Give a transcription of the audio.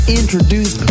introduce